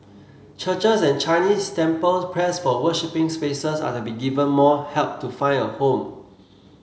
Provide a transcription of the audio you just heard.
churches and Chinese temples pressed for worshipping spaces are to be given more help to find a home